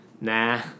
nah